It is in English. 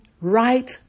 right